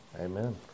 amen